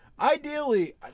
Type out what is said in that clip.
Ideally